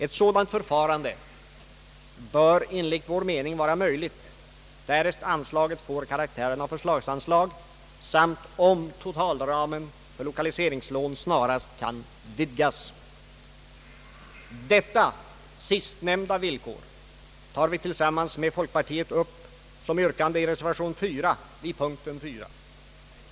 Ett sådant förfarande bör enligt vår mening vara möjligt därest anslaget får karaktären av förslagsanslag samt om totalramen för lokaliseringslån snarast kan vidgas. Detta sistnämnda villkor tar vi, tillsammans med folkpartiet, upp som yrkande i reservation 4 vid punkten 4.